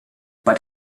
but